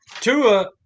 Tua